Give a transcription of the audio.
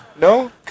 No